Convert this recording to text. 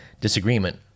disagreement